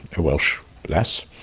a welsh lass.